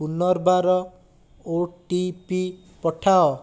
ପୁନର୍ବାର O T P ପଠାଅ